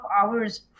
hours